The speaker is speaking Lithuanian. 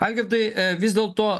algirdai vis dėlto